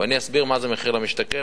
ואני אסביר מה זה מחיר למשתכן.